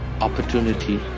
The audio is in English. opportunity